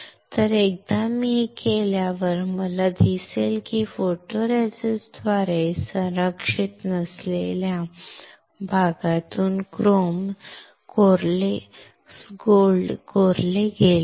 तर एकदा मी हे केल्यावर मला दिसेल की फोटोरेसिस्टद्वारे संरक्षित नसलेल्या भागातून क्रोम सोने कोरले गेले आहे